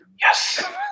Yes